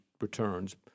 returns